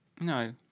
No